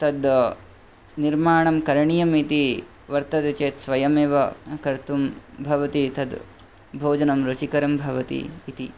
तद् निर्माणं करणीयम् इति वर्तते चेत् स्वयमेव कर्तुं भवति तत् भोजनं रुचिकरं भवति इति